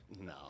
No